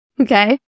okay